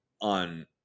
on